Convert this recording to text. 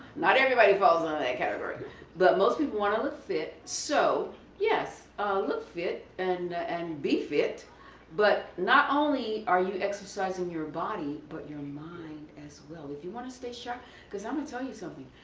not everybody falls on that category but most people want to look fit so yes look fit and and be fit but not only are you exercising your body but your mind as well. if you want to stay sharp because i'm gonna tell you something,